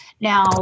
Now